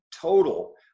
total